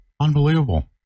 unbelievable